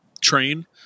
train